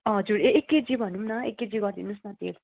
हजुर एक केजी भनौँ न एक केजी गरिदिनोस् न तेल